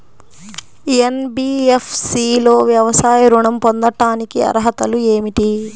NBFC లో వ్యాపార ఋణం పొందటానికి అర్హతలు ఏమిటీ?